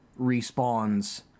respawns